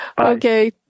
Okay